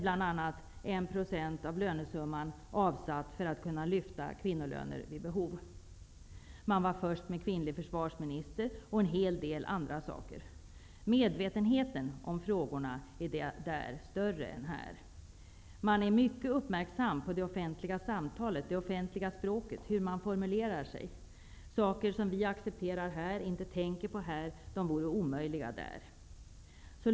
Bl.a. avsätts 1 % av lönesumman för att kunna lyfta kvinnolöner vid behov. Canada var först med kvinnlig försvarsminister och en hel del andra saker. Medvetenheten om frågorna är större där än här. Man är mycket uppmärksam på det offentliga samtalet, det offentliga språket, på hur man formulerar sig. Sådant som vi accepterar här, som vi inte tänker på, vore omöjliga där.